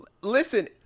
listen